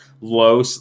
low